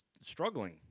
Struggling